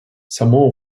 самоа